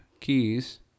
keys